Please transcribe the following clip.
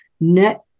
net